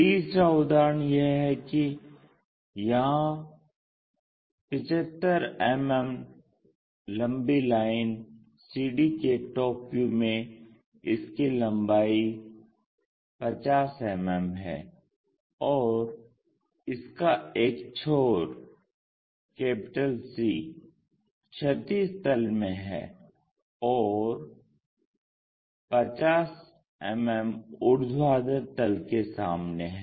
तीसरा उदाहरण यह है कि यहां 75 मिमी लंबी लाइन CD के टॉप व्यू में इसकी लंबाई 50 मिमी है और इसका एक छोर C क्षैतिज तल में है और 50 मिमी ऊर्ध्वाधर तल के सामने है